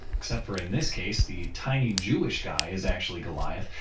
except for in this case, the tiny jewish guy is actually goliath,